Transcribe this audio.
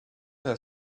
her